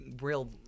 real